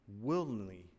willingly